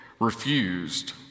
refused